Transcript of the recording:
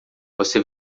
você